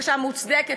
בקשה מוצדקת,